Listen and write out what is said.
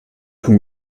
who